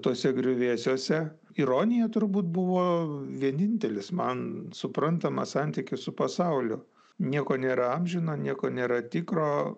tuose griuvėsiuose ironija turbūt buvo vienintelis man suprantamas santykis su pasauliu nieko nėra amžino nieko nėra tikro